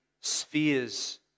spheres